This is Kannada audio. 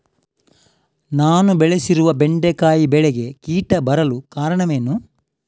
ನಾನು ಬೆಳೆಸಿರುವ ಬೆಂಡೆಕಾಯಿ ಬೆಳೆಗೆ ಕೀಟ ಬರಲು ಕಾರಣವೇನು?